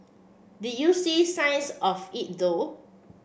do you see signs of it though